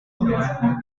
орхисон